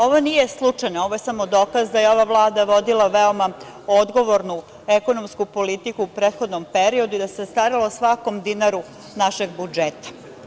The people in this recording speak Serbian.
Ovo nije slučajno, ovo je samo dokaz da je ova Vlada vodila veoma odgovornu ekonomsku politiku u prethodnom periodu i da se starala o svakom dinaru našeg budžeta.